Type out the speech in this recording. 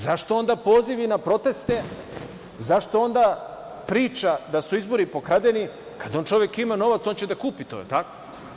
Zašto onda pozivi na proteste, zašto onda priča da su izbori pokradeni kada on, čovek, ima novac, on će da kupi to, da li je tako?